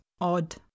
odd